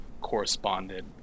corresponded